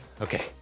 Okay